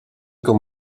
com